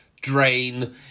Drain